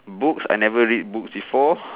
books I never read books before